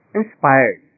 inspired